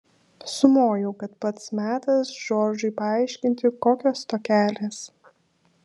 sumojau kad pats metas džordžui paaiškinti kokios tokelės